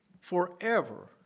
forever